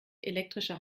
elektrischer